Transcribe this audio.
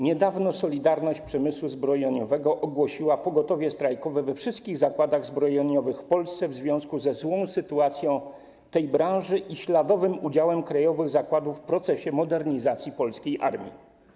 Niedawno „Solidarność” przemysłu zbrojeniowego ogłosiła pogotowie strajkowe we wszystkich zakładach zbrojeniowych w Polsce w związku ze złą sytuacją tej branży i śladowym udziałem krajowych zakładów w procesie modernizacji polskiej armii.